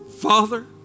Father